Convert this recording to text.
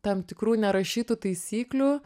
tam tikrų nerašytų taisyklių